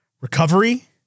recovery